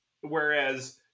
whereas